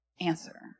answer